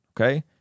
okay